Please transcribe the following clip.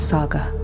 Saga